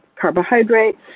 carbohydrates